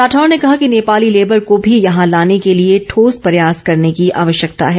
राठौर ने कहा कि नेपाली लेबर को भी यहां लाने की लिए ठोस प्रयास करने की आवश्यकता है